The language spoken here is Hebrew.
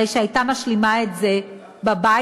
הרי שהייתה משלימה את זה בבית.